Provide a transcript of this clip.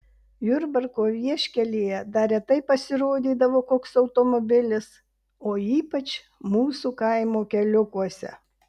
jurbarko vieškelyje dar retai pasirodydavo koks automobilis o ypač mūsų kaimo keliukuose